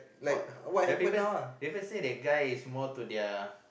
uh people people say that guy is more to their